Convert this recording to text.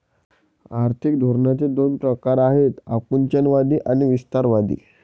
आर्थिक धोरणांचे दोन प्रकार आहेत आकुंचनवादी आणि विस्तारवादी